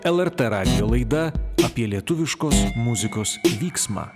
lrt radijo laida apie lietuviškos muzikos vyksmą